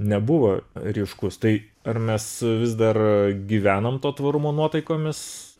nebuvo ryškus tai ar mes vis dar gyvenam to tvarumo nuotaikomis